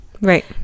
Right